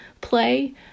play